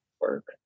Work